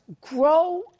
grow